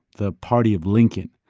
the party of lincoln.